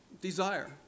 desire